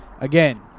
again